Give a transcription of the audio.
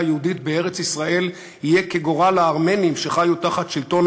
היהודית בארץ-ישראל יהיה כגורל הארמנים שחיו תחת שלטון